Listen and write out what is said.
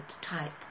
type